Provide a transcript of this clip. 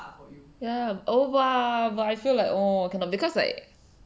ya over but I feel like oh cannot because like